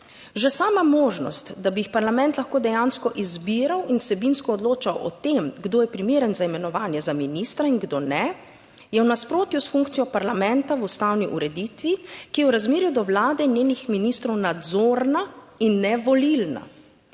že sama možnost, da bi jih parlament lahko dejansko izbiral in vsebinsko odločal o tem, kdo je primeren za imenovanje za ministra in kdo ne, je v nasprotju s funkcijo parlamenta v ustavni ureditvi, ki je v razmerju do vlade in njenih ministrov nadzorna in ne volilna.